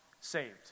saved